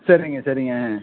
சரிங்க சரிங்க